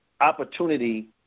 opportunity